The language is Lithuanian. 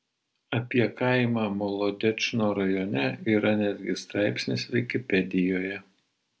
apie kaimą molodečno rajone yra netgi straipsnis vikipedijoje